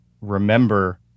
remember